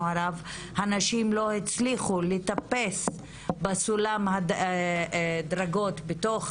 הרב הנשים לא הצליחו לטפס בסולם הדרגות בתוך